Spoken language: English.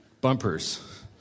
bumpers